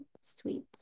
sweet